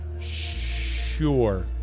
Sure